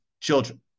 children